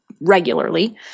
regularly